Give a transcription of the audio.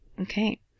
Okay